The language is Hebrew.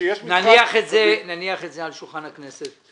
נניח את זה על שולחן הכנסת.